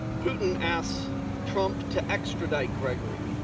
putin asks trump to extradite grigory.